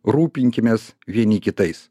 rūpinkimės vieni kitais